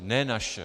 Ne naše.